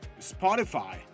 Spotify